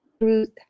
Truth